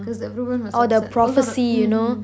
cause everyone was upset cause of mmhmm